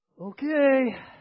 okay